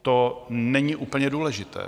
To není úplně důležité.